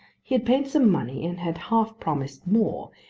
he had paid some money and had half promised more,